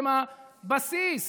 הם הבסיס